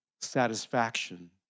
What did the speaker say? satisfaction